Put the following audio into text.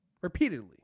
repeatedly